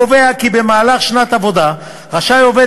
קובע כי במהלך שנת עבודה רשאי עובד